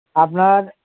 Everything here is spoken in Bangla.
আপনার